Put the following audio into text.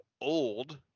Old